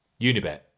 Unibet